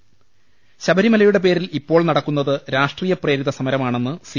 ും ശബരിമലയുടെ പേരിൽ ഇപ്പോൾ നടക്കുന്നത് രാഷ്ട്രീയ പ്രേരിത സമരമാണെന്ന് സി